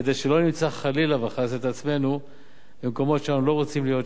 כדי שלא נמצא חלילה וחס את עצמנו במקומות שאנחנו לא רוצים להיות שם.